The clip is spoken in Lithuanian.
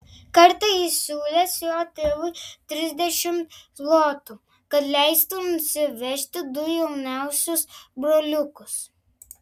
kartą jis siūlęs jo tėvui trisdešimt zlotų kad leistų nusivesti du jauniausius broliukus